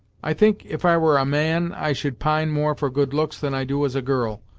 i think, if i were a man, i should pine more for good looks than i do as a girl.